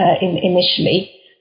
initially